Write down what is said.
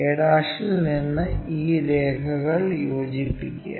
a' നിന്ന് ഈ രേഖകൾ യോജിപ്പിക്കുക